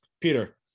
peter